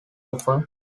offer